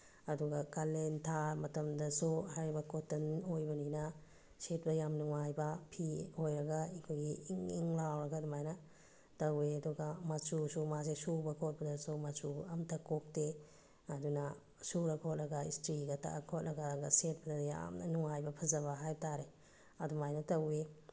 ꯑꯗꯨꯒ ꯀꯥꯂꯦꯟ ꯊꯥ ꯃꯇꯝꯗꯁꯨ ꯍꯥꯏꯔꯤꯕ ꯀꯣꯇꯟ ꯑꯣꯏꯕꯅꯤꯅ ꯁꯦꯠꯄ ꯌꯥꯝ ꯅꯨꯡꯉꯥꯏꯕ ꯐꯤ ꯑꯣꯏꯔꯒ ꯑꯩꯈꯣꯏꯒꯤ ꯏꯪ ꯏꯪ ꯂꯥꯎꯔꯒ ꯑꯗꯨꯃꯥꯏꯅ ꯇꯧꯋꯦ ꯑꯗꯨꯒ ꯃꯆꯨꯁꯨ ꯃꯥꯁꯦ ꯁꯨꯕ ꯈꯣꯠꯄꯗꯁꯨ ꯃꯆꯨ ꯑꯃꯇ ꯀꯣꯛꯇꯦ ꯑꯗꯨꯅ ꯁꯨꯔ ꯈꯣꯠꯂꯒ ꯏꯁꯇ꯭ꯔꯤꯒ ꯇꯛꯑ ꯈꯣꯠꯂꯒꯒ ꯁꯦꯠꯄꯗ ꯌꯥꯝꯅ ꯅꯨꯡꯉꯥꯏꯕ ꯐꯖꯕ ꯍꯥꯏꯕ ꯇꯥꯔꯦ ꯑꯗꯨꯃꯥꯏꯅ ꯇꯧꯋꯤ